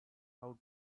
how